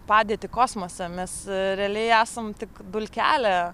padėtį kosmose mes realiai esam tik dulkelė